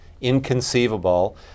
inconceivable